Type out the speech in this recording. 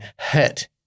hit